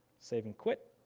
save and quit.